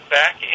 back